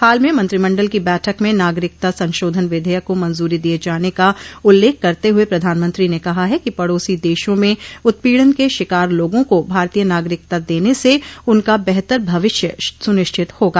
हाल में मंत्रिमंडल की बैठक में नागरिकता संशोधन विधेयक को मंजूरी दिये जाने का उल्लेख करते हुए प्रधानमंत्री ने कहा है कि पड़ोसी देशों में उत्पीड़न के शिकार लोगों को भारतीय नागरिकता देने से उनका बेहतर भविष्य सुनिश्चित होगा